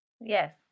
yes